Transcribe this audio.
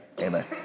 Amen